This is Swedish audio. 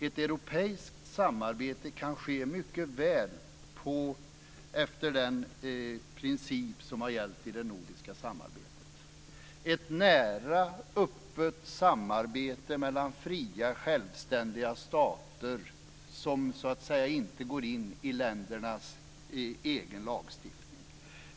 Ett europeiskt samarbete kan ske mycket väl efter den princip som har gällt i det nordiska samarbetet - ett nära och öppet samarbete mellan fria självständiga stater som så att säga inte går in i ländernas egna lagstiftning.